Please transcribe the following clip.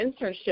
internship